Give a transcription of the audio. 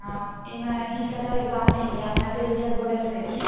आ एहिमे हिचकिचेबैके बात नहि छै अपने बेहिचक बोल सकैत छी